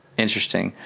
interesting.